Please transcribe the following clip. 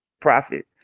profit